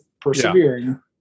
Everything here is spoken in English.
persevering